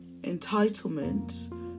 entitlement